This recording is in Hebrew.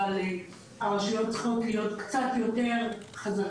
אבל הרשויות צריכות להיות קצת יותר חזקות,